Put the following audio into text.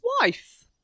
wife